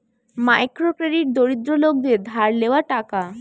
micro credit দরিদ্র লোকদের ধার লেওয়া টাকা